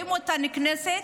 רואים אותה נכנסת,